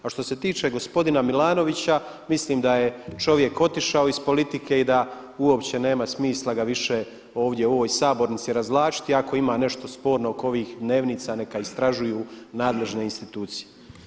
A što se tiče gospodina Milanovića mislim da je čovjek otišao iz politike i da uopće nema ga smisla ovdje u ovoj Sabornici razvlačiti, ako ima nešto sporno oko ovih dnevnica neka istražuju nadležne institucije.